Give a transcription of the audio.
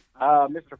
Mr